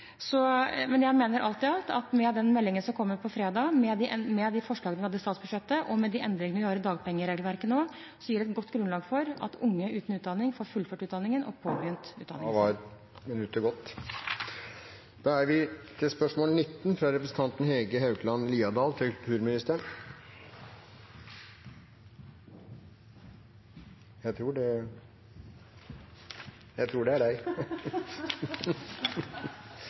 Jeg mener alt i alt at den meldingen som kommer på fredag, de forslagene vi har i statsbudsjettet, og de endringene vi har i dagpengeregelverket nå, gir et godt grunnlag for at unge uten utdanning får fullført utdanningen og påbegynt utdanning. «Kulturrådet fikk en tydelig bestilling av statsråd Thorhild Widvey under Arendalsuka 2015 om å se på oppgaver som er